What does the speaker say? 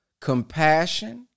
compassion